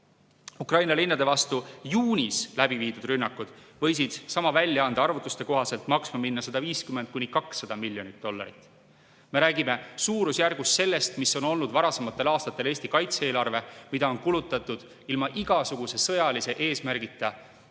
Ukraina linnade vastu juunis korraldatud rünnakud võisid sama väljaande arvutuste kohaselt maksma minna 150–200 miljonit dollarit. Me räägime suurusjärgus sellest, mis on olnud varasematel aastatel Eesti kaitse-eelarve. See raha on kulutatud ilma igasuguse sõjalise eesmärgita